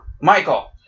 Michael